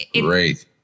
Great